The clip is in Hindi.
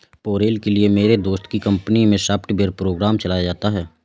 पेरोल के लिए मेरे दोस्त की कंपनी मै सॉफ्टवेयर प्रोग्राम चलाया जाता है